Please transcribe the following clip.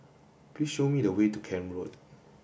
please show me the way to Camp Road